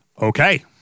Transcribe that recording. Okay